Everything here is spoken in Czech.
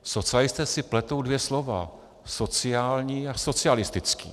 Socialisté si pletou dvě slova sociální a socialistický.